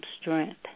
strength